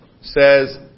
says